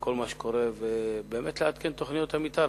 כל מה שקורה ולעדכן את תוכניות המיתאר